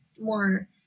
more